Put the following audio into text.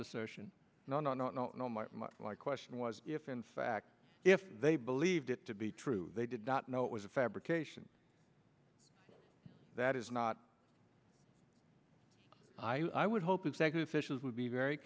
assertion no no no no no my question was if in fact if they believed it to be true they did not know it was a fabrication that is not i would hope exactly officials would be very